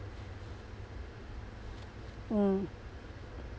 mm